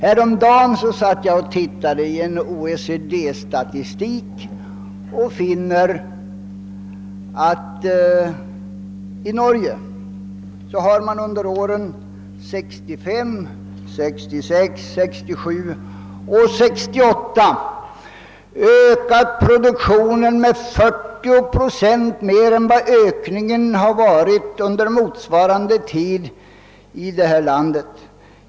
Häromdagen fann jag av en OECD statistik att Norge under åren 1965— 1968 ökat produktionen med 40 procent mer än Sverige under motsvarande tid.